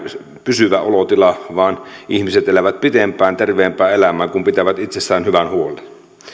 pysyvä olotila vaan ihmiset elävät pitempään terveempää elämää kun pitävät itsestään hyvän